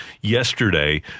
yesterday